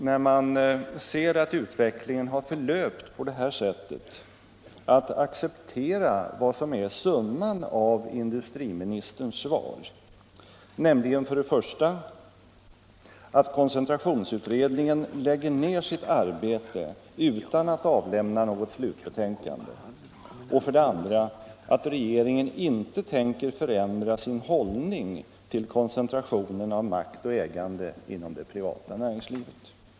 När man ser att utvecklingen har förlöpt på detta sätt är det svårt att acceptera vad som är summan av industriministerns svar, nämligen för det första att koncentrationsutredningen lägger ned sitt arbete utan att avlämna något slutbetänkande och för det andra att regeringen inte tänker förändra sin hållning till koncentrationen av makt och ägande inom det privata näringslivet.